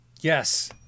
Yes